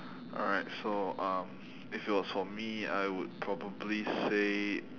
alright so um if it was for me I would probably say